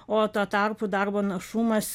o tuo tarpu darbo našumas